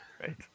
right